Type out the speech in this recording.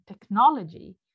technology